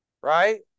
Right